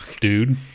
dude